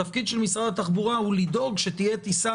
התפקיד של משרד התחבורה הוא לדאוג שתהיה טיסה